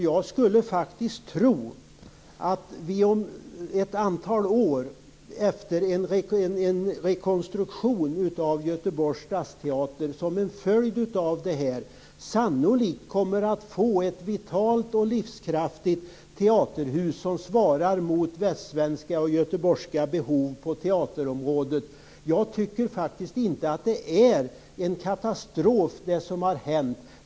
Jag skulle faktiskt tro att vi som en följd av detta om ett antal år, efter en rekonstruktion av Göteborgs stadsteater, kommer att få ett vitalt och livskraftigt teaterhus som svarar mot västsvenska och göteborgska behov på teaterområdet. Jag tycker faktiskt inte att det som har hänt är en katastrof.